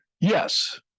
Yes